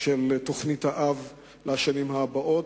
של תוכנית-האב לשנים הבאות.